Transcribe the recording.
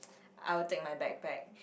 I will take my backpack